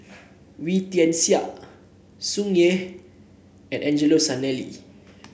Wee Tian Siak Tsung Yeh and Angelo Sanelli